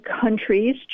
countries